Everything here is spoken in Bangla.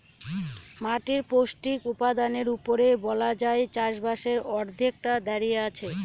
মাটির পৌষ্টিক উপাদানের উপরেই বলা যায় চাষবাসের অর্ধেকটা দাঁড়িয়ে আছে